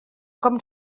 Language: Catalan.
com